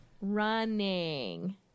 Running